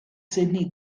sydney